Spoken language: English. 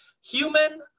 human